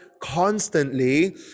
constantly